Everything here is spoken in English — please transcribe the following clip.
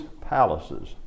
palaces